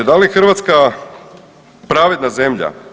Da li je Hrvatska pravedna zemlja?